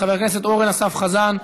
חבר הכנסת אורן אסף חזן,